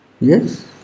yes